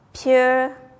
pure